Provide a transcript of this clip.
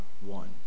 one